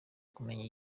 kumenya